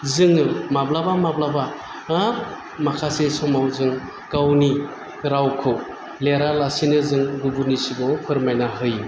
जोङो माब्लाबा माब्लाबा माखासे समाव जों गावनि रावखौ लिरा लासैनो जाें गुबुननि सिगाङाव फोरमायना होयो